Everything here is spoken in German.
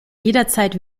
jederzeit